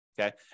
Okay